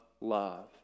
love